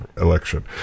election